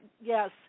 yes